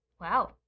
Wow